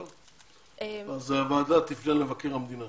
טוב, אז הוועדה תפנה למבקר המדינה